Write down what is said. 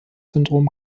syndrom